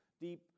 deep